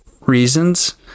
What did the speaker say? reasons